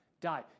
die